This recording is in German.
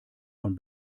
von